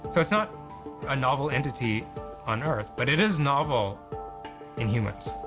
so it's not a novel entity on earth, but it is novel in humans.